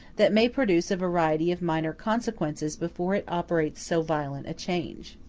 that may produce a variety of minor consequences before it operates so violent a change.